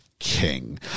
King